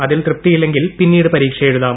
അതിൽ തൃപ്തിയില്ലെങ്കിൽ പിന്നീട് പരീക്ഷ എഴുതാം